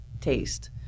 taste